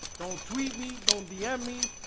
don't tweet me don't dm me.